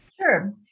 Sure